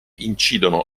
incidono